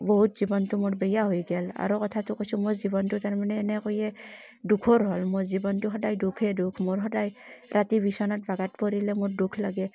বহুত জীৱনটো মোৰ বেয়া হৈ গ'ল আৰু কথাটো কৈছোঁ মোৰ জীৱনটো তাৰমানে এনেকৈয়ে দুখৰ হ'ল মোৰ জীৱনটো সদায় দুখেই দুখ মোৰ সদায় ৰাতি বিচনাত বাগাত পৰিলে মোৰ দুখ লাগে